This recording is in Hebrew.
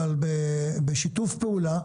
אבל בשיתוף פעולה,